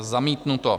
Zamítnuto.